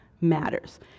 matters